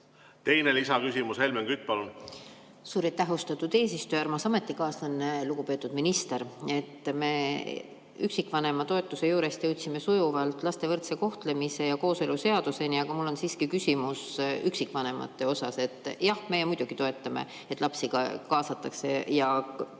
Teine lisaküsimus. Helmen Kütt, palun! Suur aitäh, austatud eesistuja! Armas ametikaaslane, lugupeetud minister! Me üksikvanema toetuse juurest jõudsime sujuvalt laste võrdse kohtlemise ja kooseluseaduseni. Aga mul on siiski küsimus üksikvanemate kohta. Jah, meie muidugi toetame, et lapsi kaasatakse ja käsitletakse